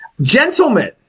Gentlemen